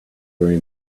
very